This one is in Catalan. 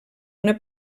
una